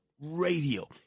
radio